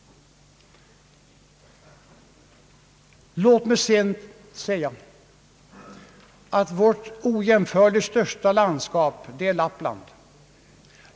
Låt mig sedan säga att vårt ojämförligt största landskap är Lappland.